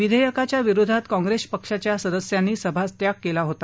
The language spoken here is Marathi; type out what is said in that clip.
विधेयकाच्या विरोधात काँग्रेस पक्षाच्या सदस्यांनी सभात्याग केला होता